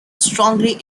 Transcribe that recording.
strongly